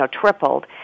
tripled